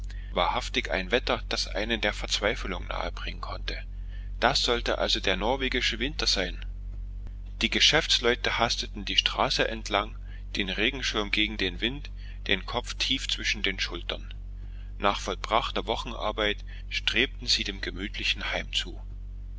wahrhaftig ein wetter das der verzweiflung nahe bringen konnte das sollte also der norwegische winter sein die geschäftsleute hasteten die straße entlang den regenschirm gegen den wind den kopf tief zwischen den schultern nach vollbrachter wochenarbeit strebten sie dem gemütlichen heim zu